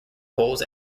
poles